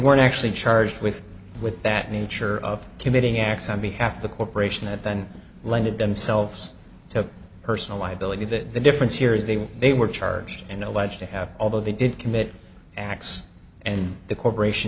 weren't actually charged with with that nature of committing acts on behalf of the corporation that then landed themselves so personal liability that the difference here is they were they were charged in alleged to have although they did commit acts and the corporation